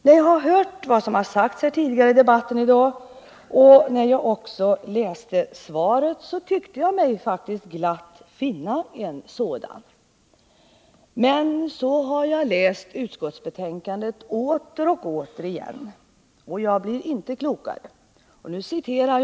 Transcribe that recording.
När jag har hört vad som har sagts tidigare i debatten i dag och när jag läste utskottets skrivning tyckte jag mig faktiskt glatt kunna finna en sådan positivitet. Men jag har när jag sedan återigen gång på gång läst utskottets skrivning inte blivit klok på vad som egentligen står där.